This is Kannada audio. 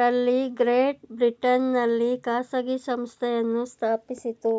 ರಲ್ಲಿ ಗ್ರೇಟ್ ಬ್ರಿಟನ್ ನಲ್ಲಿ ಖಾಸಗಿ ಸಂಸ್ಥೆಯನ್ನು ಸ್ಥಾಪಿಸಿತು